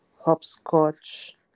hopscotch